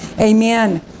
Amen